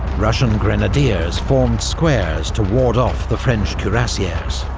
russian grenadiers formed squares to ward off the french cuirassiers,